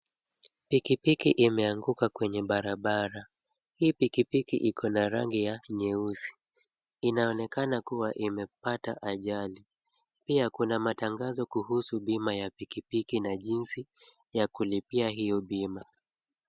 Pikipiki imeanguka kwenye barabara. Hii pikipiki iko na rangi ya nyeusi, inaonekana kuwa imepata ajali. Pia, kuna matangazo kuhusu bima ya pikipiki na jinsi ya kulipia hiyo bima.